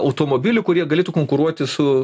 automobilių kurie galėtų konkuruoti su